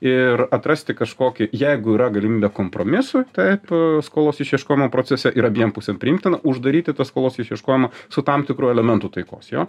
ir atrasti kažkokį jeigu yra galimybė kompromisų taip skolos išieškojimo procese ir abiem pusėm priimtina uždaryti tą skolos išieškojimą su tam tikru elementu taikos jo